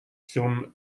zum